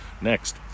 Next